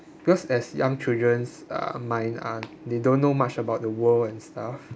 because as young children's uh mind uh they don't know much about the world and stuff